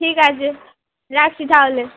ঠিক আছে রাখছি তাহলে